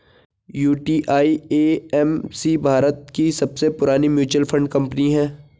UTI AMC Bharat की सबसे पुरानी म्यूचुअल फंड कंपनी है